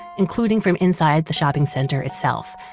including from inside the shopping center itself.